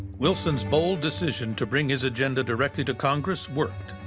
wilson's bold decision to bring his agenda directly to congress worked.